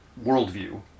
worldview